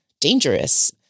dangerous